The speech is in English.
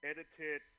Edited